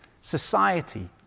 society